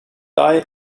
eye